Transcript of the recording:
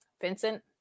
Vincent